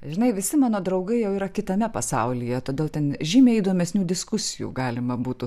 žinai visi mano draugai jau yra kitame pasaulyje todėl ten žymiai įdomesnių diskusijų galima būtų